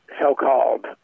so-called